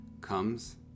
comes